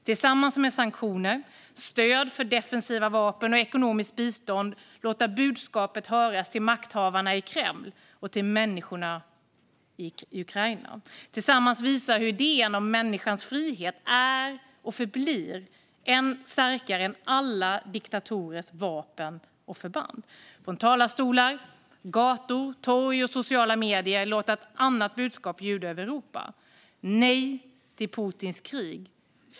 Tillsammans med sanktioner, stöd för defensiva vapen och ekonomiskt bistånd ska vi låta budskapet höras till makthavarna i Kreml och till människorna i Ukraina. Tillsammans ska vi visa hur idén om människans frihet är och förblir starkare än alla diktatorers vapen och förband. Från talarstolar, gator, torg och sociala medier ska vi låta ett annat budskap ljuda över Europa: Nej till Putins krig!